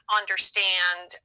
understand